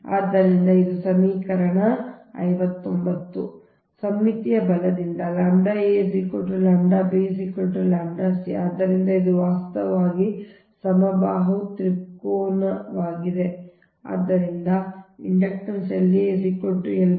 ಆದ್ದರಿಂದ ಸಮ್ಮಿತಿಯ ಬಲದಿಂದಾಗಿ ʎa ʎb ʎ c ಆದ್ದರಿಂದ ಇದು ವಾಸ್ತವವಾಗಿ ಸಮಬಾಹು ತ್ರಿಕೋನವಾಗಿದೆ ಮತ್ತು ಆದ್ದರಿಂದ ಈ inductance L a L b L c ಸಮಾನವಾಗಿರುತ್ತದೆ